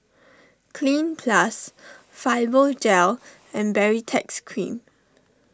Cleanz Plus Fibogel and Baritex Cream